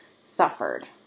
suffered